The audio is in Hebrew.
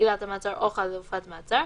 עילת המעצר או חלופת מעצר,